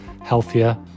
healthier